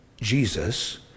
Jesus